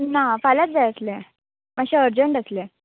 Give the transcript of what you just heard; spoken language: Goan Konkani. ना फाल्यांत जाय आसलें मातशें अर्जंट आसलें